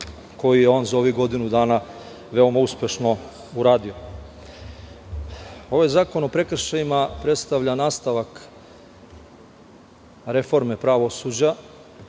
koji je on za ovih godinu dana veoma uspešno uradio. Ovaj Zakon o prekršajima predstavlja nastavak reforme pravosuđa,